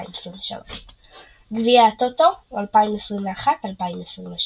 2023 גביע הטוטו 2021/2022